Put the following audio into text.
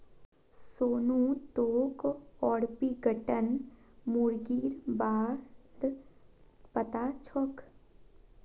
सोनू तोक ऑर्पिंगटन मुर्गीर बा र पता छोक